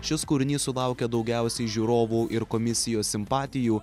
šis kūrinys sulaukė daugiausiai žiūrovų ir komisijos simpatijų